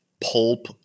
pulp